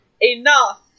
enough